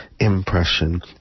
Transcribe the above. Impression